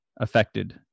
affected